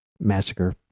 Massacre